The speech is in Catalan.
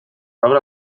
sobre